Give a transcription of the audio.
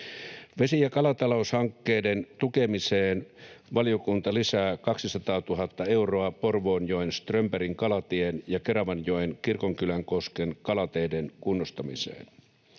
Vesi‑ ja kalataloushankkeiden tukemiseen valiokunta lisää 200 000 euroa Porvoonjoen Strömbergin kalatien ja Keravanjoen Kirkonkylänkosken kalateiden kunnostamiseen.